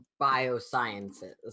biosciences